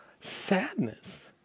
Sadness